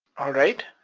alright.